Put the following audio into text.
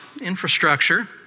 infrastructure